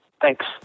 Thanks